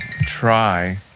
try